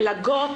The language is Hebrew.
מלגות,